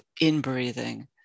in-breathing